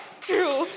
True